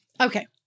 okay